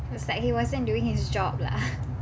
it was like he wasn't doing his job lah